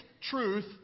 truth